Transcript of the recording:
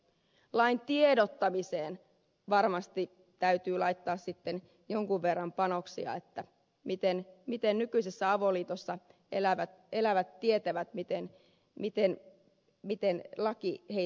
lain tiedottamiseen varmasti täytyy laittaa sitten jonkun verran panoksia siihen miten nykyisessä avoliitossa elävät tietävät miten laki heitä koskee